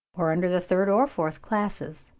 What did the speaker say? or under the third or fourth classes.